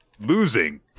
losing